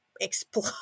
explode